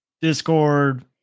Discord